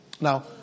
Now